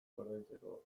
ordaintzeko